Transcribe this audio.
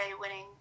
winning